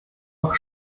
noch